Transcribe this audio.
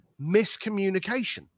miscommunication